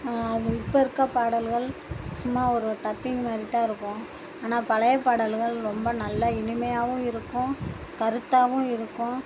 இப்போ இருக்க பாடல்கள் சும்மா ஒரு டப்பிங் மாதிரி தான் இருக்கும் ஆனால் பழைய பாடல்கள் ரொம்ப நல்லா இனிமையாகவும் இருக்கும் கருத்தாகவும் இருக்கும்